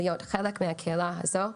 להיות חלק מהקהילה הזו.